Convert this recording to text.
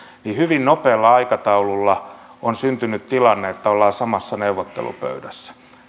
hyvin nopealla aikataululla on syntynyt tilanne että ollaan samassa neuvottelupöydässä